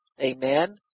amen